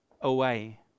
away